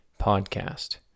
podcast